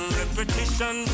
repetition